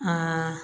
आँय